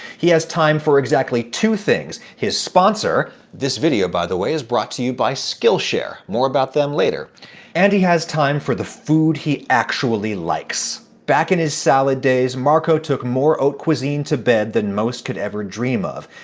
he has time for exactly two things his sponsor this video, by the way, is brought to you by skillshare, more about them later and he has time for the food he actually likes. back in his salad days, marco took more haute cuisine to bed than most could ever dream of.